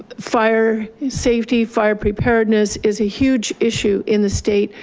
fire safety fire preparedness is a huge issue in the state.